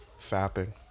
fapping